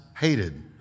hated